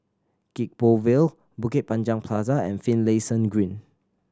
Gek Poh Ville Bukit Panjang Plaza and Finlayson Green